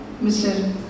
Mr